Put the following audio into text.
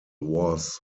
was